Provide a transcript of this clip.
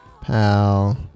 pal